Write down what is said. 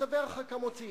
צווי הרחקה מוציאים.